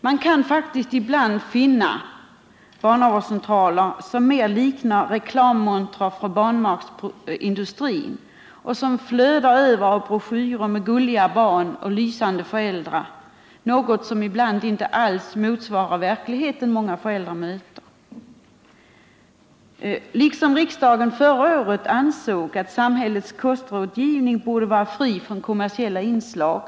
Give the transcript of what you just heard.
Man kan ibland finna barnavårdscentraler som faktiskt mera liknar reklammontrar för barnmatsindustrin och som flödar över av broschyrer med gulliga barn och lysande föräldrar, något som inte alls motsvarar den verklighet som många föräldrar möter. Riksdagen ansåg förra året att samhällets kostrådgivning borde vara fri från kommersiella inslag.